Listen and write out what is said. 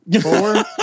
Four